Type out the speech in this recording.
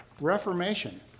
Reformation